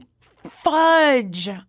fudge